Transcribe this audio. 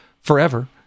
forever